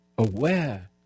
Aware